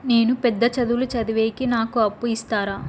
నేను పెద్ద చదువులు చదివేకి నాకు అప్పు ఇస్తారా